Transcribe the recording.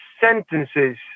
sentences